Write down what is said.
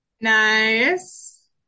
Nice